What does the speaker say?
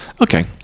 Okay